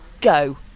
go